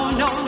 no